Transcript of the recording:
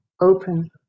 open